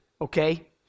okay